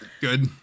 Good